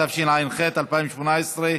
התשע"ח 2018,